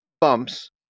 bumps